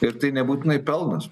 ir tai nebūtinai pelnas